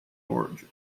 origin